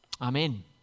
Amen